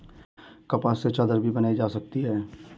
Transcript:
कपास से चादर भी बनाई जा सकती है